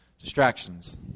Distractions